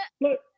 look